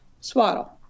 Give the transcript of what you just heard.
swaddle